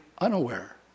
unaware